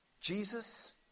Jesus